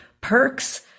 perks